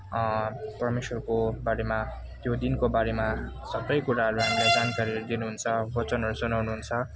परमेश्वरको बारेमा त्यो दिनको बारेमा सबै कुराहरू हामीलाई जानकारी दिनुहुन्छ वचनहरू सुनाउनु हुन्छ